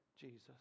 Jesus